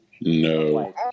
No